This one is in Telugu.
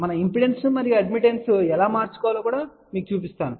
మనం ఇంపిడెన్స్ మరియు అడ్మిటెన్స్ ఎలా పరస్పరం మార్చుకోవాలో కూడా మీకు చూపిస్తాము